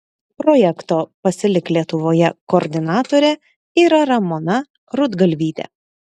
projekto pasilik lietuvoje koordinatorė yra ramona rudgalvytė